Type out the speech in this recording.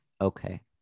Okay